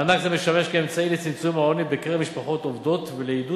מענק זה משמש כאמצעי לצמצום העוני בקרב משפחות עובדות ולעידוד